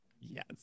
Yes